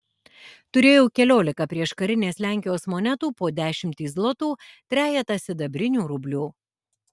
turėjau keliolika prieškarinės lenkijos monetų po dešimtį zlotų trejetą sidabrinių rublių